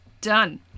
Done